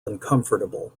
uncomfortable